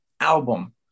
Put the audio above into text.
album